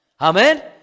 Amen